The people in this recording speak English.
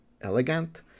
elegant